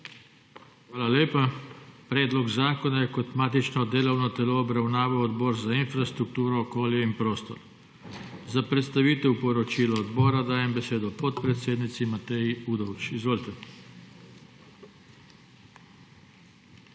Hvala lepa. Predlog zakona je kot matično delovno telo obravnaval Odbor za infrastrukturo, okolje in prostor. Za predstavitev poročila odbora dajem besedo podpredsednici Mateji Udovč. Izvolite. MATEJA